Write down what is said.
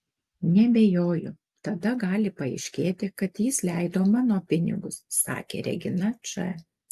neabejoju tada gali paaiškėti kad jis leido mano pinigus sakė regina č